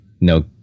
no